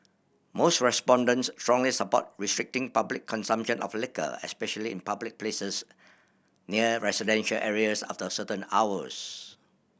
most respondents strongly support restricting public consumption of liquor especially in public places near residential areas after certain hours